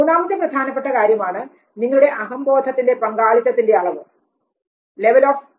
മൂന്നാമത്തെ പ്രധാനപ്പെട്ട കാര്യമാണ് നിങ്ങളുടെ അഹംബോധത്തിന്റെ പങ്കാളിത്തത്തിന്റെ അളവ്